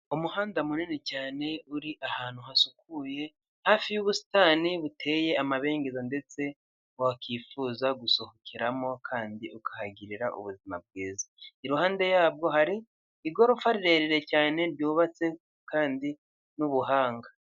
Umuhanda munini cyane uri ahantu hasukuye hafi y'ubusitani buteye amabengeza ndetse wakifuza gusohokeramo kandi ukahagirira ubuzima bwiza. Iruhande yabwo hari igorofa rirerire cyane ryubatse kandi n'ubuhanga.